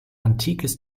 antikes